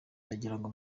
ndagirango